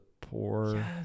poor